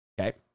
Okay